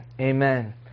amen